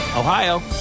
Ohio